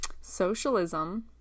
Socialism